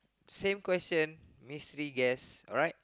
same question mystery guest alright